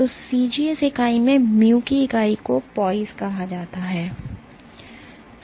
तो CGS इकाई मेंmu की इकाई को Poise कहा जाता है